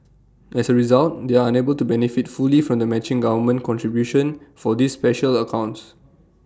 as A result they are unable to benefit fully from the matching government contribution for these special accounts